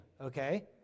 okay